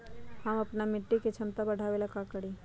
हम अपना मिट्टी के झमता बढ़ाबे ला का करी?